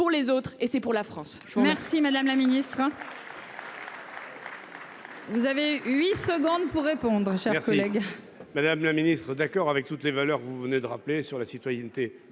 pour les autres et c'est pour la France.